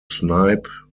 snipe